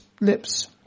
lips